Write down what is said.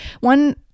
One